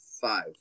five